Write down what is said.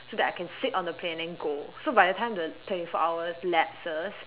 so that I can sit on the plane and then go so by the time the twenty four hours lapses